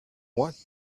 what